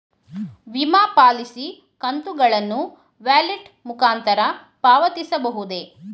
ವಿಮಾ ಪಾಲಿಸಿ ಕಂತುಗಳನ್ನು ವ್ಯಾಲೆಟ್ ಮುಖಾಂತರ ಪಾವತಿಸಬಹುದೇ?